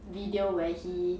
video where he